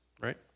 right